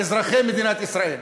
אזרחי מדינת ישראל.